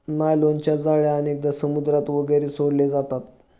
नायलॉनच्या जाळ्या अनेकदा समुद्रात वगैरे सोडले जातात